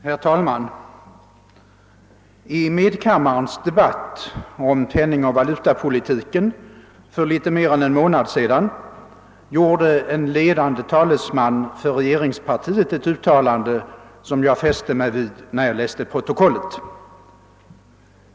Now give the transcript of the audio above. derr talman! I medkammarens debatt om penningoch valutapolitiken för något mer än en månad sedan gjorde en ledande talesman för regeringspartiet ett uttalande, som jag fäste mig vid då jag läste protokollet.